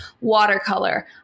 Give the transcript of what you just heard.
watercolor